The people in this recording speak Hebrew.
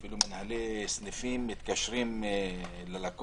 אפילו מנהלי סניפים, מתקשרים ללקוח